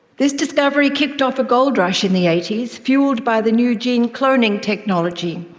this discovery kicked off a gold rush in the eighty s, fuelled by the new gene-cloning technology.